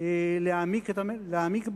להעמיק בה,